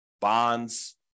bonds